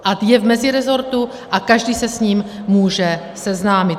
A je v mezirezortu a každý se s ním může seznámit.